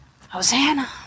Hosanna